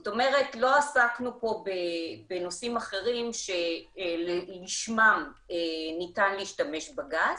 זאת אומרת לא עסקנו פה בנושאים אחרים שלשמם ניתן להשתמש בגז,